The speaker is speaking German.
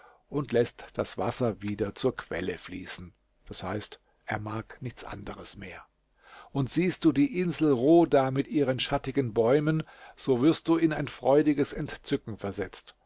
und läßt das wasser wieder zur quelle fließen d h er mag nichts anderes mehr und siehst du die insel rodah mit ihren schattigen bäumen so wirst du in ein freudiges entzücken versetzt